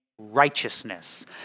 righteousness